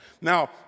Now